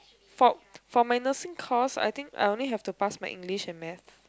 for for my nursing course I think I only have to pass my English and math